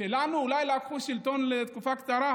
שלנו אולי לקחו שלטון לתקופה קצרה,